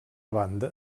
banda